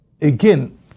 again